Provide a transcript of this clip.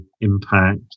impact